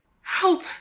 help